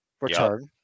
return